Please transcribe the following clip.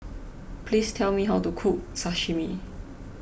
please tell me how to cook Sashimi